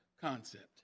concept